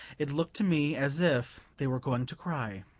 it looked to me as if they were going to cry.